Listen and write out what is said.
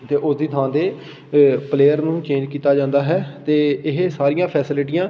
ਅਤੇ ਉਸ ਦੀ ਥਾਂ 'ਤੇ ਪਲੇਅਰ ਨੂੰ ਚੇਂਜ ਕੀਤਾ ਜਾਂਦਾ ਹੈ ਅਤੇ ਇਹ ਸਾਰੀਆਂ ਫੈਸਿਲਿਟੀਆਂ